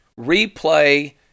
replay